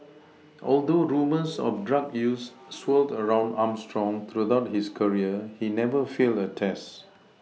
although rumours of drug use swirled around Armstrong throughout his career he never failed a test